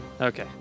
Okay